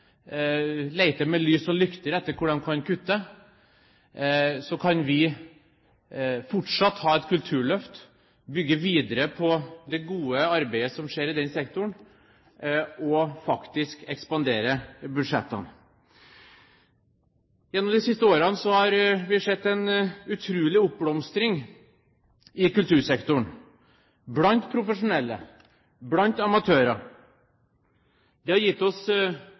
med lys og lykte etter hvor de kan kutte, er Norge i en situasjon hvor vi fortsatt kan ha et kulturløft, bygge videre på det gode arbeidet som skjer i den sektoren, og faktisk ekspandere budsjettene. Gjennom de siste årene har vi sett en utrolig oppblomstring i kultursektoren blant profesjonelle og blant amatører. Det har gitt oss